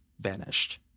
vanished